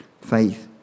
Faith